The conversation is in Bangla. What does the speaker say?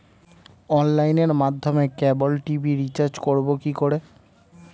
অনলাইনের মাধ্যমে ক্যাবল টি.ভি রিচার্জ করব কি করে?